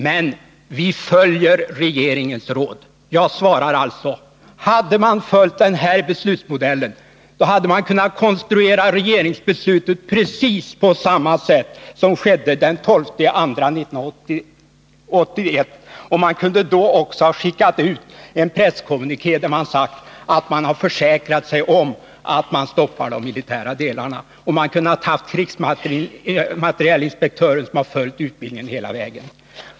Men vi följer regeringens råd. Jag svarar alltså: Hade man följt den här beslutsmodellen, hade man kunnat konstruera regeringsbeslutet på precis samma sätt som skedde den 12 februari 1981, och man kunde då också ha skickat ut en presskommuniké där man sagt att man försäkrat sig om att man stoppat de militära delarna. Man kunde också ha låtit krigsmaterielinspektören följa utbildningen hela vägen.